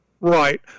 right